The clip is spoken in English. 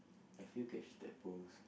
have you catch that post